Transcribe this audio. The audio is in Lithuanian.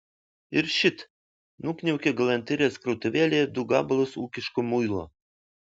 ir šit nukniaukė galanterijos krautuvėlėje du gabalus ūkiško muilo